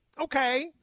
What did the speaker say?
Okay